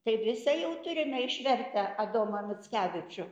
tai visą jau turime išvertę adomą mickevičių